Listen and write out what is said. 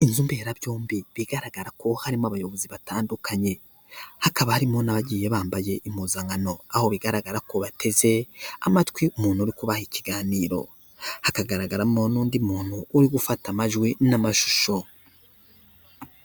Inzu mberabyombi bigaragara ko harimo abayobozi batandukanye, hakaba harimo n'abagiye bambaye impuzankano aho bigaragara ko bateze amatwi umuntu uri kubaha ikiganiro hakagaragaramo n'undi muntu uri gufata amajwi n'amashusho.